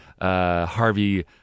Harvey